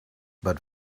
but